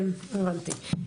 הבנתי.